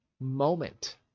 moment